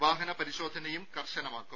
വാഹന പരിശോധനയും കർശനമാക്കും